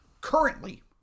currently